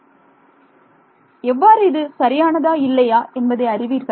மாணவர் எவ்வாறு இது சரியானதா இல்லையா என்பதை அறிவீர்கள்